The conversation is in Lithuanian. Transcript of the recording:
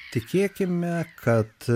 tikėkime kad